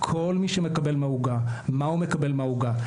כל מי שמקבל מהעוגה מה הוא מקבל מהעוגה,